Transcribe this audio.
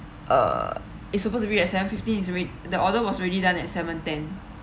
uh it's supposed to be at seven fifty is wai~ the order was ready done at seven ten